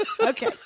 Okay